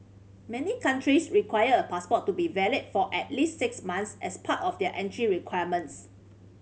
many countries require a passport to be valid for at least six months as part of their entry requirements